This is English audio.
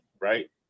right